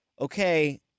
okay